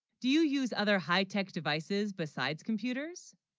do you, use other high-tech devices besides computers